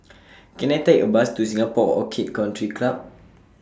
Can I Take A Bus to Singapore Orchid Country Club